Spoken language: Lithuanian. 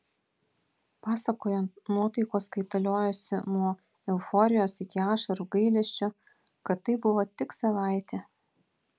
pasakojant nuotaikos kaitaliojosi nuo euforijos iki ašarų gailesčio kad tai buvo tik savaitė